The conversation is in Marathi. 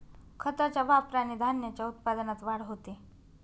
खताच्या वापराने धान्याच्या उत्पन्नात वाढ होते